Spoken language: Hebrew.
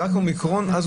רק ה-אומיקרון.